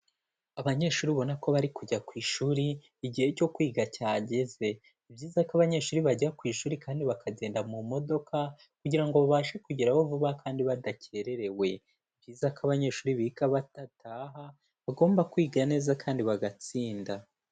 Abanyeshuri ubona ko bari kujya ku ishuri igihe cyo kwiga cyageze. Ni byiza ko abanyeshuri bajya ku ishuri kandi bakagenda mu modoka kugira ngo babashe kugeraho vuba kandi badakererewe. Ni byiza ko abanyeshuri biga badataha, bagomba kwiga neza kandi bagatsinda.